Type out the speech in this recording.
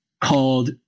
called